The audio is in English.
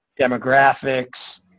demographics